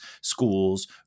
schools